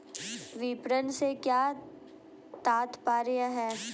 विपणन से क्या तात्पर्य है?